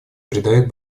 придает